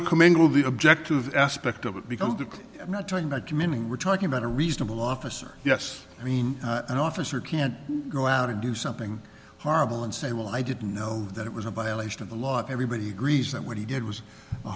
the objective aspect of it because they're not talking about committing we're talking about a reasonable officer yes i mean an officer can't go out and do something horrible and say well i didn't know that it was a biologist of the law everybody agrees that what he did was a